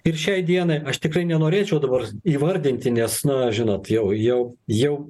ir šiai dienai aš tikrai nenorėčiau dabar įvardinti nes na žinot jau jau jau